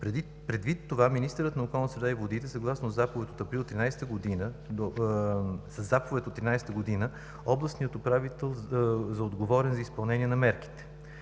Предвид това министърът на околната среда и водите със заповед от април 2013 г. определя областния управител за отговорен за изпълнение на мерките.